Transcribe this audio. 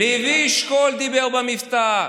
לוי אשכול דיבר במבטא.